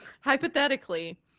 Hypothetically